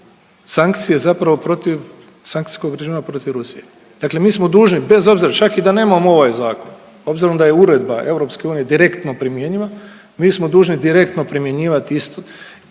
sankcije zapravo protiv sankcijskog režima protiv Rusije. Dakle, mi smo dužni bez obzira čak i da nemamo ovaj zakon, obzirom da je uredba EU direktno primjenjiva mi smo dužni direktno primjenjivati